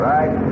Right